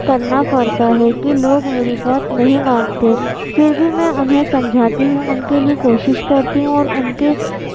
کرنا پڑتا ہے کہ لوگ میری بات نہیں مانتے پھر بھی میں انہیں سمجھاتی ہوں ان کے لیے کوشش کرتی ہوں اور ان کے